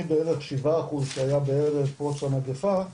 מבערך שבעה אחוז שהיה בערב פרוץ המגפה,